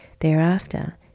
Thereafter